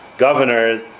governors